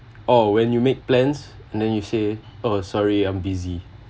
oh when you make plans and then you say oh sorry I'm busy